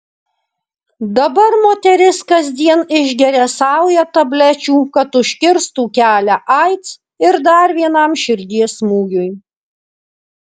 dabar moteris kasdien išgeria saują tablečių kad užkirstų kelią aids ir dar vienam širdies smūgiui